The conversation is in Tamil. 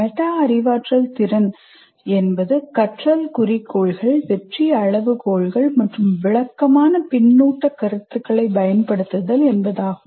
மெட்டா அறிவாற்றல் திறன் என்பது கற்றல் குறிக்கோள்கள் வெற்றி அளவுகோல்கள் மற்றும் விளக்கமான பின்னூட்டக் கருத்துகளைப் பயன்படுத்துதல் என்பதாகும்